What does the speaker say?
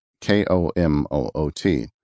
K-O-M-O-O-T